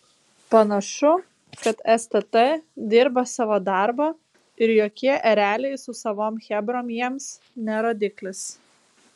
panašu kad stt dirba savo darbą ir jokie ereliai su savom chebrom jiems ne rodiklis